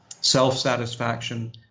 self-satisfaction